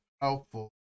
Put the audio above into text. helpful